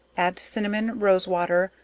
add cinnamon, rose-water,